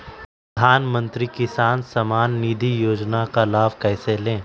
प्रधानमंत्री किसान समान निधि योजना का लाभ कैसे ले?